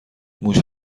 موش